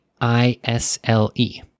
I-S-L-E